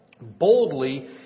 boldly